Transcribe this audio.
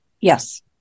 Yes